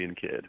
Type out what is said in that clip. kid